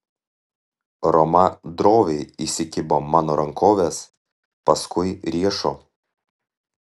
roma droviai įsikibo mano rankovės paskui riešo